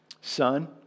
Son